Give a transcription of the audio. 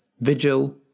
Vigil